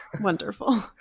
wonderful